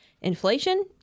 Inflation